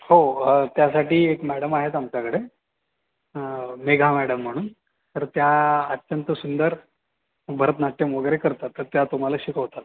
हो त्यासाठी एक मॅडम आहेत आमच्याकडे मेघा मॅडम म्हणून तर त्या अत्यंत सुंदर भरतनाट्यम वगैरे करतात तर त्या तुम्हाला शिकवतात